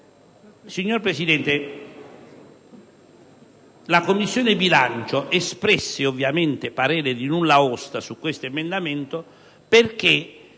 Signor Presidente, la Commissione bilancio ha espresso parere di nulla osta su questo emendamento perché